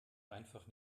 einfach